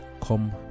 come